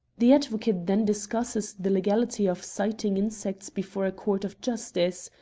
the advocate then discusses the legality of citing insects before a court of justice.